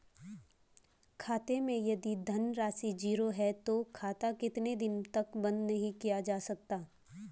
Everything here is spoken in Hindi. खाते मैं यदि धन राशि ज़ीरो है तो खाता कितने दिन तक बंद नहीं किया जा सकता?